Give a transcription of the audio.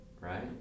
right